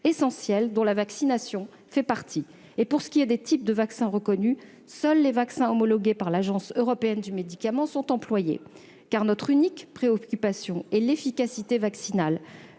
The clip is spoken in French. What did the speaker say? essentiels, dont la vaccination fait partie. Enfin, pour ce qui est des types de vaccins reconnus, seuls les vaccins homologués par l'Agence européenne des médicaments sont employés, car notre unique préoccupation est l'efficacité vaccinale.